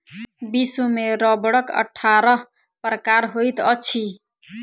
विश्व में रबड़क अट्ठारह प्रकार होइत अछि